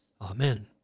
Amen